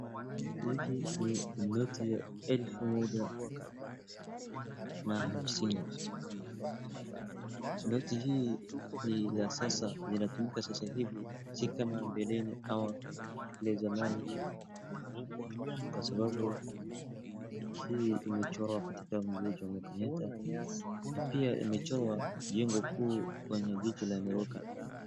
Hizi ni noti ya elfu moja na hamsini, noti hii ni ya sasa ,inatumika sasa hivi si kama mbeleni ama ile zamani kwa sababu hii imechorwa katika mzee Jomo Kenyatta na pia imechorwa jengo kuu kwenye jiji la Nairobi.